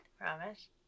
Promise